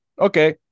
Okay